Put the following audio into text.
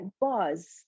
buzz